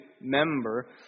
member